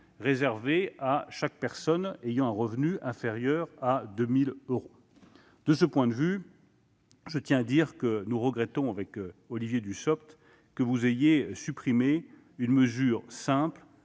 réservée à chaque personne ayant un revenu inférieur à 2 000 euros. De ce point de vue, je tiens à dire que nous regrettons, avec Olivier Dussopt, que vous ayez supprimé cette mesure simple